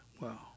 Wow